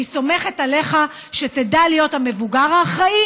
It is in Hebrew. אני סומכת עליך שתדע להיות המבוגר האחראי